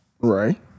Right